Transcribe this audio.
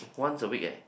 once a week eh